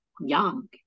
young